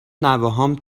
نوهام